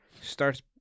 starts